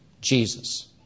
Jesus